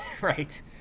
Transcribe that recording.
Right